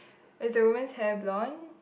is the woman's hair blonde